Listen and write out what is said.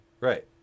Right